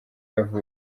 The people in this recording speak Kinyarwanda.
yavutse